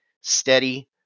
steady